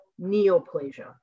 neoplasia